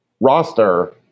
roster